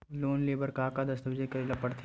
Loan ले बर का का दस्तावेज करेला पड़थे?